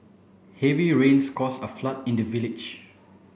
heavy rains caused a flood in the village